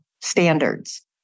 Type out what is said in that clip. standards